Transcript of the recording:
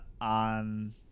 on